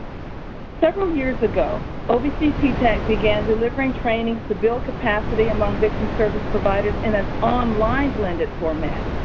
several years ago, ovc ttac began delivering trainings to build capacity among victim service providers in an online blended format.